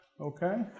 Okay